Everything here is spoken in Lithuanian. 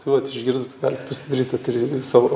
tai vat išgirdot galit pasidaryt eterinį savo